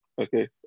Okay